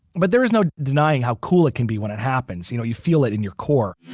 but there is no denying how cool it can be when it happens. you know you feel it in your core